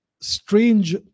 strange